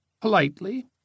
politely